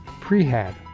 prehab